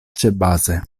ĉebaze